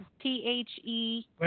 T-H-E